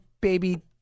baby